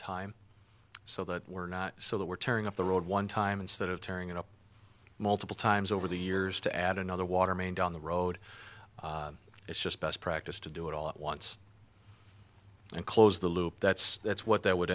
time so that we're not so that we're tearing up the road one time instead of tearing it up multiple times over the years to add another water main down the road it's just best practice to do it all at once and close the loop that's that's what they would